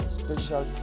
special